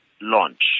launch